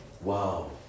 Wow